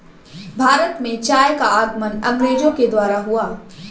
भारत में चाय का आगमन अंग्रेजो के द्वारा हुआ